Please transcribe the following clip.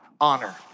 honor